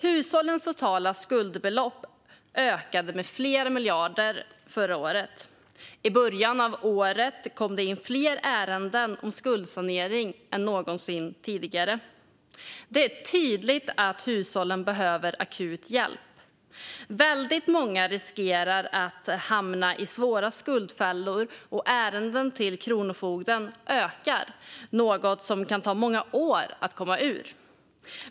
Hushållens totala skuldbelopp ökade med flera miljarder förra året. I början av året kom det in fler ärenden om skuldsanering än någonsin tidigare. Det är tydligt att hushållen behöver akut hjälp. Väldigt många riskerar att hamna i svåra skuldfällor som det kan ta många år att komma ur, och ärendena till Kronofogden ökar.